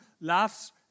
laughs